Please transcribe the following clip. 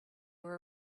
were